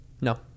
No